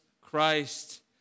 Christ